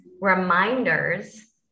reminders